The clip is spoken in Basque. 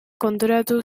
konturatu